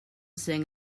sing